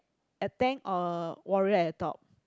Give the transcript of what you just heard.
a tank or a warrior at top